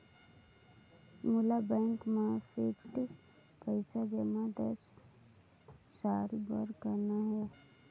मोला बैंक मा फिक्स्ड पइसा जमा दस साल बार करना हे?